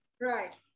right